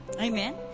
Amen